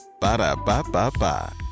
Ba-da-ba-ba-ba